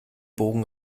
bogen